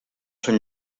són